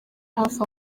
hafi